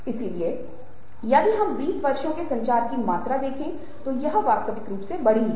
इसलिए यदि हम बीस वर्षों में संचार की मात्रा देख रहे हैं तो यह वास्तविक रूप से बढ़ी है